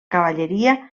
cavalleria